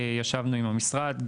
ישבנו עם המשרד,